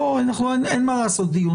אין מה לעשות דיון,